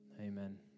Amen